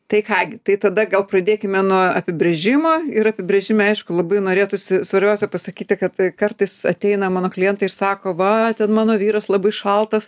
tai ką gi tai tada gal pradėkime nuo apibrėžimo ir apibrėžime aišku labai norėtųsi svarbiausia pasakyti kad kartais ateina mano klientai ir sako va ten mano vyras labai šaltas